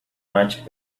much